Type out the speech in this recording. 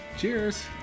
Cheers